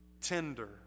tender